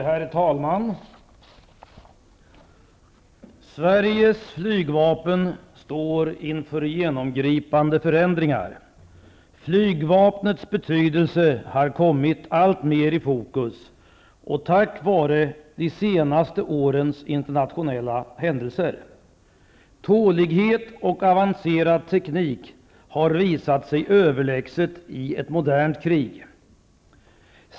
Herr talman! Sveriges flygvapen står inför genomgripande förändringar. Flygvapnets betydelse har kommit alltmer i fokus tack vare de senaste årens internationella händelser. Tålighet och avancerad teknik har visat sig överlägset i ett modernt krig.